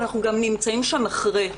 אנחנו גם נמצאים שם אחרי.